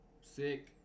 Sick